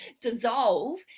dissolve